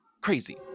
crazy